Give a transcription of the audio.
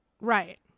Right